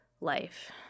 life